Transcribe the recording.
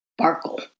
sparkle